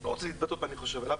לא רוצה להתבטא מה שאני חושב עליו,